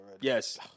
Yes